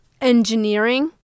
engineering